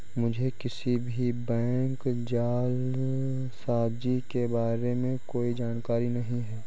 मुझें किसी भी बैंक जालसाजी के बारें में कोई जानकारी नहीं है